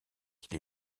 qui